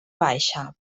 baixa